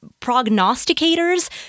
prognosticators